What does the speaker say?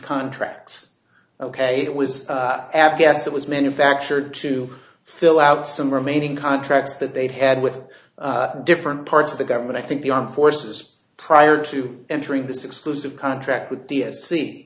contracts ok it was abkhaz that was manufactured to fill out some remaining contracts that they've had with different parts of the government i think the armed forces prior to entering this exclusive contract with the s c